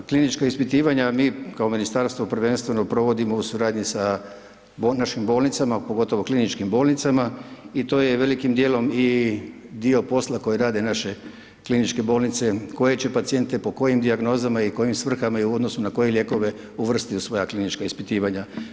Pa klinička ispitivanja mi kao ministarstvo prvenstveno provodimo u suradnji sa našim bolnicama, pogotovo kliničkim bolnicama i to je velikim djelom i dio posla koje rade naše kliničke bolnice, koje će pacijente, po kojim dijagnozama i kojim svrhama i u odnosu na koje lijekove uvrstiti u svoja klinička ispitivanja.